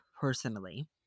personally